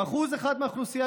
1% מהאוכלוסייה,